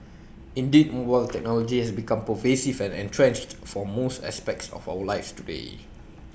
indeed mobile technology has become pervasive and entrenched for most aspects of our lives today